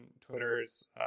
Twitters